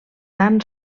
tan